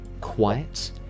quiet